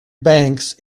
banks